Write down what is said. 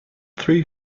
three